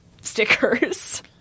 stickers